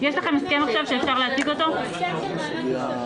יש לך או אין לך?